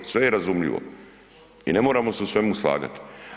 Sve je razumljivo i ne moramo se u svemu slagat.